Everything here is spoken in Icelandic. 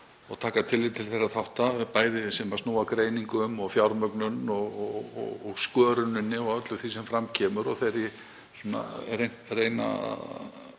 og taka tillit til þeirra þátta sem snúa að greiningum og fjármögnun og sköruninni og öllu því sem fram kemur og reyna að